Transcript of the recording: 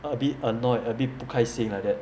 a bit annoyed a bit 不开心 like that